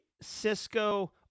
Cisco